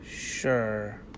Sure